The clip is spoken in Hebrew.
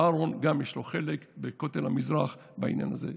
לאהרן גם יש חלק בכותל המזרח בעניין הזה.